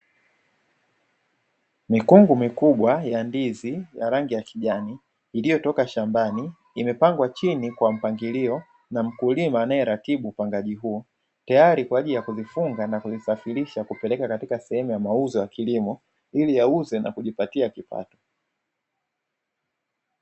Mikungu mikubwa ya ndizi ya rangi ya kijani iliyotoka shambani imepangwa chini kwa mpangilio, na mkulima anayeratibu upangaji huo tayari kwa ajili ya kuvifunga na kuvisafirisha kupeleka katika sehemu ya mauzo ya kilimo ili yauzwe na kujipatia kipato.